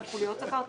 אני אסביר.